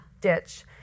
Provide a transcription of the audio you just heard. ditch